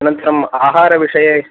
अनन्तरम् आहारविषये